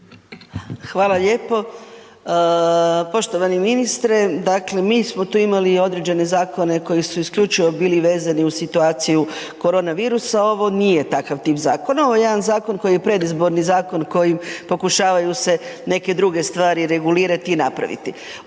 Hvala lijepo. Poštovani ministre, dakle mi smo tu imali određene zakone koji su isključivo bili vezani uz situaciju koronavirusa, ovo nije takav tip zakona. Ovo je jedan zakon koji je predizborni zakon kojim pokušavaju se neke druge stvari regulirati i napraviti.